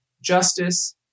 justice